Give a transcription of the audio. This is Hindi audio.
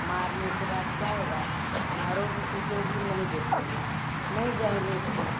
मारने के बाद क्या होगा मारोगी पीटोगी हम नहीं देखेंगे नहीं जाएँगे इस्कूल